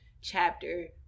chapter